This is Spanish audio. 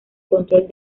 control